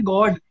God